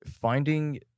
finding